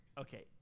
Okay